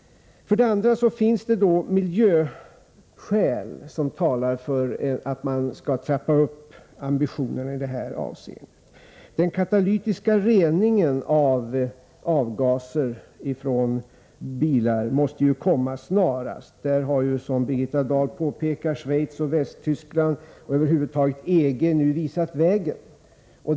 För det andra finns det miljöskäl som talar för att man skall öka ambitionerna i detta avseende. Den katalytiska reningen av avgaser från bilar måste komma till stånd snarast. Som Birgitta Dahl påpekar har Schweiz, Västtyskland — och EG-länderna över huvud taget — nu visat vägen.